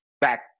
back